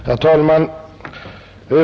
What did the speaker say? Herr talman!